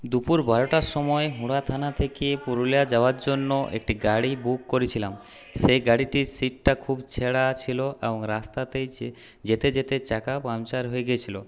দুপুর বারোটার সময় হুরা থানা থেকে পুরুলিয়া যাওয়ার জন্য একটি গাড়ি বুক করেছিলাম সেই গাড়িটির সিটটা খুব ছেঁড়া ছিল এবং রাস্তাতেই যে যেতে যেতে চাকা পাংচার হয়ে গিয়েছিল